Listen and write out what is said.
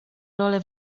rolę